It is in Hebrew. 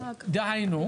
דהיינו,